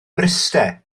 mryste